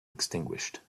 extinguished